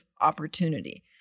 opportunity